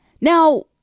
Now